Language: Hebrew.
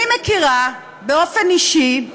אני מכירה באופן אישי,